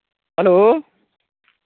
hello